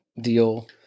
deal